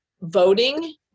voting